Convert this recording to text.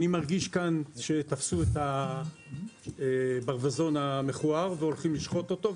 אני מרגיש כאן שתפסו את הברווזון המכוער והולכים לשחוט אותו,